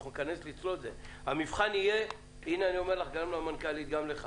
אנחנו ניכנס לזה אבל המבחן יהיה ואני אומר זאת גם למנכ"לית וגם לך